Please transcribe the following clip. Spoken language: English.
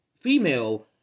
female